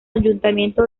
ayuntamiento